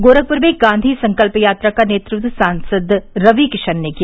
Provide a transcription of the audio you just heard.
गोरखपुर में गांधी संकल्प यात्रा का नेतृत्व सांसद रवि किशन ने किया